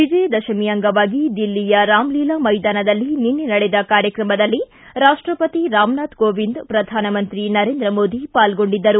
ವಿಜಯ ದಶಮಿ ಅಂಗವಾಗಿ ದಿಲ್ಲಿಯ ರಾಮಲೀಲಾ ಮೈದಾನದಲ್ಲಿ ನಿನ್ನೆ ನಡೆದ ಕಾರ್ಯಕ್ರಮದಲ್ಲಿ ರಾಷ್ಟಪತಿ ರಾಮ್ನಾಥ್ ಕೋವಿಂದ್ ಪ್ರಧಾನಮಂತ್ರಿ ನರೇಂದ್ರ ಮೋದಿ ಪಾಲ್ಗೊಂಡಿದ್ದರು